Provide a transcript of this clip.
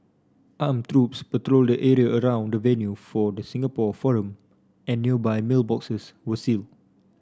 armed troops patrolled the area around the venue for the Singapore forum and nearby mailboxes were sealed